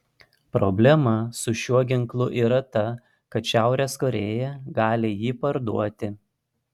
problema su šiuo ginklu yra ta kad šiaurės korėja gali jį parduoti